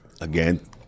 Again